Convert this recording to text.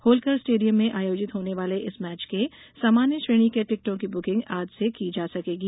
Holkar stadium में आयोजित होने वाले इस मैच के सामान्य श्रेणी के टिकटों की बुकिंग आज से की जा सकेगी